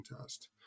test